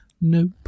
Nope